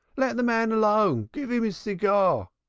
let the man alone, give him his cigar,